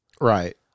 Right